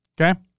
Okay